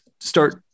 start